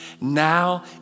Now